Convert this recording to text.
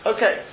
Okay